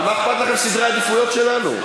אבל מה אכפת לכם סדר העדיפויות שלנו?